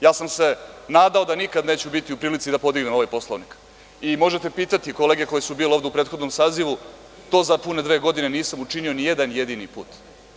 Ja sam se nadao da nikad neću biti u prilici da podignem ovaj Poslovnik i možete pitati kolege koje su bile ovde u prethodnom sazivu, to za pune dve godine nisam učinio ni jedan jedini put.